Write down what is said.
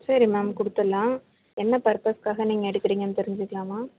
சரி மேம் கொடுத்துட்லாம் என்ன பர்ப்பஸுக்காக நீங்கள் எடுக்கிறீங்கன்னு தெரிஞ்சுக்கலாமா